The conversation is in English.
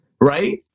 right